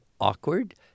awkward